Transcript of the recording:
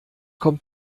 kommt